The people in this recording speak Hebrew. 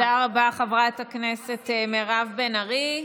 עשיתי, תודה רבה, חברת הכנסת מירב בן ארי.